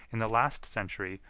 in the last century,